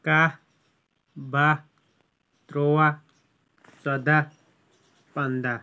کاہہ باہہ تُرٛواہ ژۄداہ پَنٛداہ